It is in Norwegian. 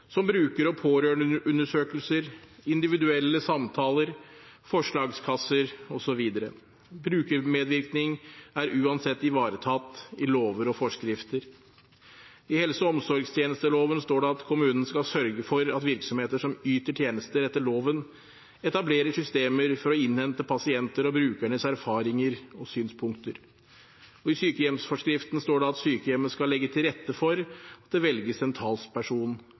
som bruker- og pårørendeundersøkelser, individuelle samtaler, forslagskasser, osv. Brukermedvirkning er uansett ivaretatt i lover og forskrifter. I helse- og omsorgstjenesteloven står det at kommunen skal sørge for at virksomheter som yter tjenester etter loven, etablerer systemer for å innhente pasienter og brukeres erfaringer og synspunkter. I sykehjemsforskriften står det at sykehjemmet skal legge til rette for at det velges en